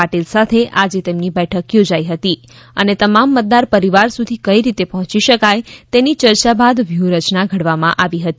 પાટિલ સાથે આજે તેમની બેઠક યોજાઈ હતી અને તમામ મતદાર પરિવાર સુધી કઈ રીતે પહોચી શકાય તેની ચર્ચા બાદ વ્યુહ રચના ઘડવામાં આવી હતી